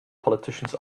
politicians